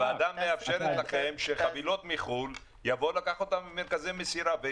הוועדה מאפשרת לכם שיבואו לקחת במרכזי מסירה חבילות מחו"ל.